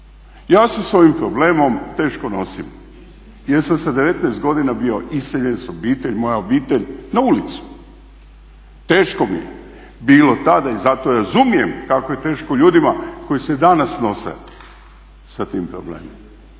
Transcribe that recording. ja se s ovim problemom teško nosim jer sam sa 19 godina bio iseljen s obitelji, moja obitelj na ulicu. Teško mi je bilo tada i zato razumijem kako je teško ljudima koji se i danas nose sa tim problemom.